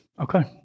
okay